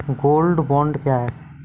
Gold bond क्या है?